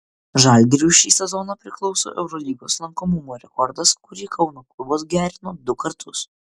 žalgiriui šį sezoną priklauso eurolygos lankomumo rekordas kurį kauno klubas gerino du kartus